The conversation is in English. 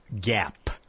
gap